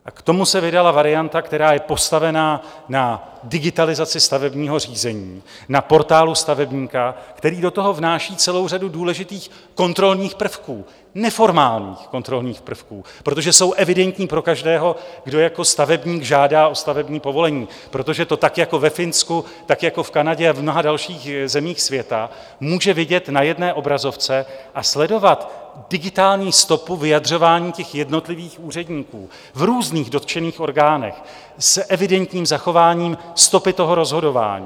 A k tomu se vydala varianta, která je postavená na digitalizaci stavebního řízení, na Portálu stavebníka, který do toho vnáší celou řadu důležitých kontrolních prvků, neformálních kontrolních prvků, protože jsou evidentní pro každého, kdo jako stavebník žádá o stavební povolení, protože to jako ve Finsku, jako v Kanadě a v mnoha dalších zemích světa může vidět na jedné obrazovce a sledovat digitální stopu vyjadřování jednotlivých úředníků v různých dotčených orgánech s evidentním zachováním stopy toho rozhodování.